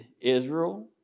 Israel